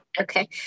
Okay